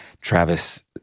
Travis